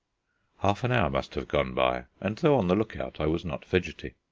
half an hour must have gone by, and, though on the look-out, i was not fidgety.